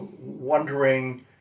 wondering